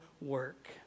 work